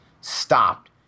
stopped